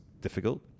difficult